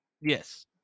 Yes